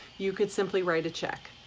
you could simply write a check.